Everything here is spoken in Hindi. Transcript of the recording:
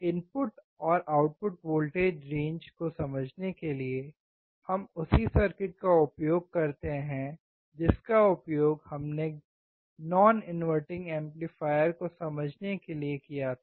इनपुट और आउटपुट वोल्टेज रेंज को समझने के लिए हम उसी सर्किट का उपयोग करते हैं जिसका उपयोग हमने गैर इनवर्टिंग एम्पलीफायर को समझने के लिए किया था